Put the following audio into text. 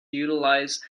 utilize